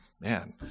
man